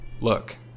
Look